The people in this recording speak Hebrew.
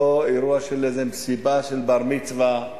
לא לאיזה אירוע של מסיבת בר-מצווה,